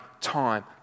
time